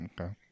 Okay